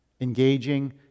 engaging